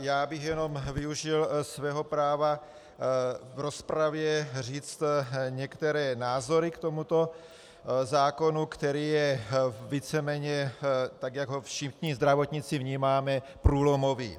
Já bych jenom využil svého práva v rozpravě říct některé názory k tomuto zákonu, který je víceméně, tak jak ho všichni zdravotníci vnímáme, průlomový.